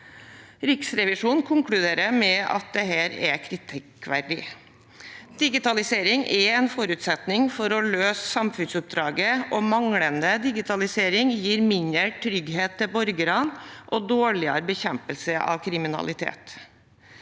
Riksrevisjonen konkluderer med at det er kritikkverdig. Digitalisering er en forutsetning for å løse samfunnsoppdraget, og manglende digitalisering gir mindre trygghet til borgerne og dårligere bekjempelse av kriminalitet.